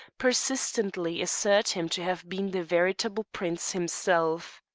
persistently assert him to have been the veritable prince himself.